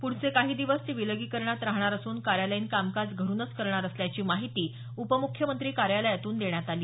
पुढचे काही दिवस ते विलगीकरणात राहणार असून कार्यालयीन कामकाज घरुनच करणार असल्याची माहिती उपमुख्यमंत्री कायोलयातून देण्यात आली